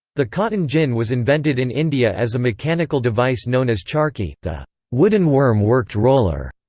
the cotton gin was invented in india as a mechanical device known as charkhi, the wooden-worm-worked roller.